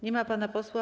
Nie ma pana posła.